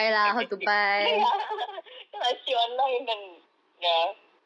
okay ya cause I see only then ya